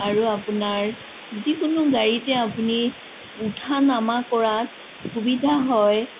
আৰু আপোনাৰ যিকোনো গাড়ীতে আপুনি উঠা নামা কৰাত সুবিধা হয়